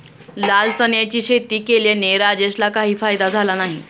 लाल चण्याची शेती केल्याने राजेशला काही फायदा झाला नाही